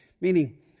Meaning